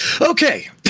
Okay